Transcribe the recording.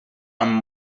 amb